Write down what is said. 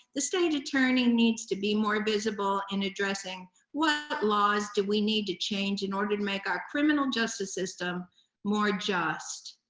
the state attorney needs to be more visible in addressing what laws do we need to change in order to make our criminal justice system more just.